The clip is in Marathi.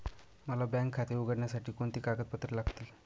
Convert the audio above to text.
मला बँक खाते उघडण्यासाठी कोणती कागदपत्रे लागतील?